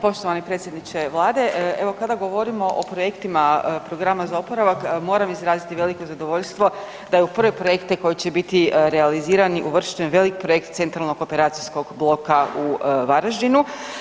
Poštovani predsjedniče Vlade, evo kada govorimo o projektima programa za oporavak moram izraziti veliko zadovoljstvo da je u prve projekte koji će biti realizirani uvršten velik projekt centralnog operacijskog bloka u Varaždinu.